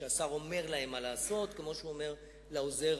שהשר אומר להם מה לעשות כמו שהוא אומר לעוזר